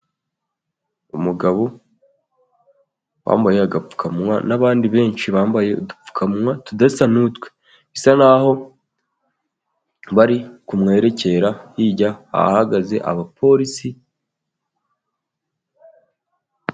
Umugabo wambaye agapfukamunwa n'abandi benshi bambaye udupfukamunwa tudasa n'utwe, bisa naho bari kumwerekera hirya ahahagaze abapolisi.